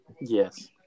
Yes